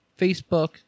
Facebook